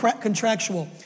contractual